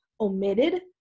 omitted